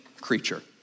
creature